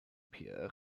pierre